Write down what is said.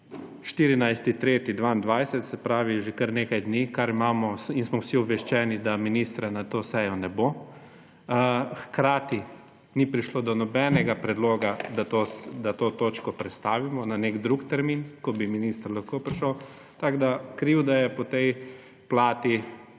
14 .3. 2022. Se pravi že kar nekaj dni in smo vsi obveščeni, da ministra na to sejo ne bo. Hkrati ni prišlo do nobenega predloga, da to točko prestavimo na nek drug termin, ko bi minister lahko prišel, tako da krivda je po tej plati